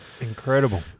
Incredible